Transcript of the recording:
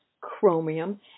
chromium